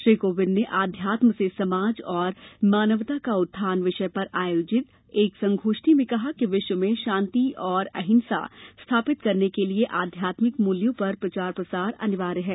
श्री कोविंद ने आध्यात्म से समाज और मानवता का उत्थान विषय पर आयोजित एक संगोष्ठी में कहा कि विश्व में शांति और अहिंसा स्थापित करने के लिए आध्यात्मिक मूल्यों का प्रचार प्रसार अनिवार्य है